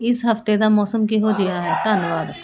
ਇਸ ਹਫ਼ਤੇ ਦਾ ਮੌਸਮ ਕਿਹੋ ਜਿਹਾ ਹੈ ਧੰਨਵਾਦ